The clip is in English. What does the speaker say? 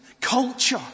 culture